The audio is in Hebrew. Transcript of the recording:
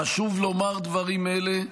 חשוב לומר דברים אלה,